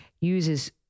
uses